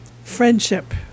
friendship